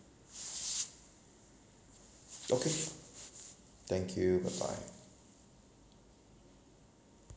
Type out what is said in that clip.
okay thank you bye bye